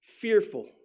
fearful